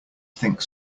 think